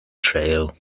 trail